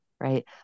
Right